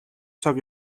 цог